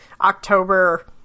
October